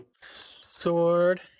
sword